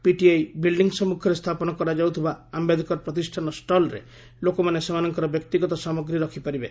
PTI ବିଲ୍ଫି ସମ୍ମୁଖରେ ସ୍ଥାପନ କରାଯାଉଥିବା ଆୟେଦକର ପ୍ରତିଷ୍ଠାନ ଷ୍ଟଲରେ ଲୋକମାନେ ସେମାନଙ୍କର ବ୍ୟକ୍ତିଗତ ସାମଗ୍ରୀ ରଖିପାରିବେ